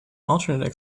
alternate